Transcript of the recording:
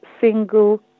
single